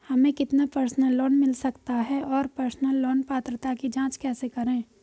हमें कितना personal loan मिल सकता है और पर्सनल लोन पात्रता की जांच कैसे करें?